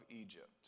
Egypt